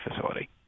facility